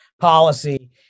policy